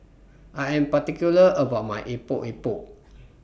I Am particular about My Epok Epok